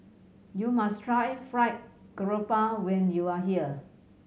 you must try Fried Garoupa when you are here